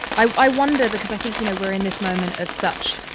i i wonder because i think, you know, we're in this moment of such,